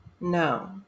no